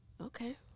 Okay